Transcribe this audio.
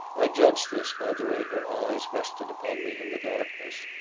i judged this by the way her eyes rested upon me in the darkness.